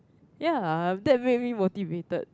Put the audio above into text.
ya that made me motivated